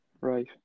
Right